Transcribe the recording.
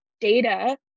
data